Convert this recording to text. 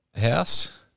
House